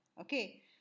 Okay